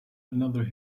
another